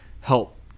Help